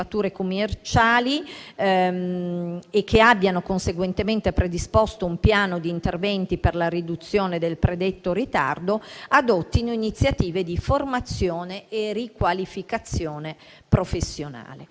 vigente - e che abbiano conseguentemente predisposto un piano di interventi per la riduzione del predetto ritardo, adottino iniziative di formazione e riqualificazione professionale.